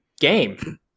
game